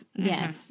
Yes